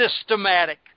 systematic